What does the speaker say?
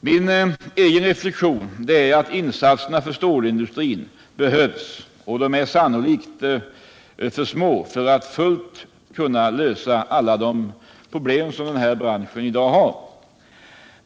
Min egen reflexion är att insatserna för stålindustrin behövs och sannolikt är för små för att fullt ut lösa alla de problem som denna bransch i dag har.